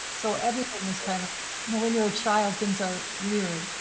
so everything was kind of you know when you're a child, things are weird.